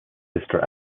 sister